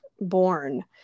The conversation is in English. born